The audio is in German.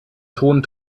ton